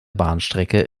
bahnstrecke